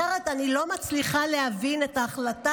אחרת אני לא מצליחה להבין את ההחלטה